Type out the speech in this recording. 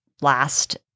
last